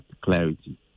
clarity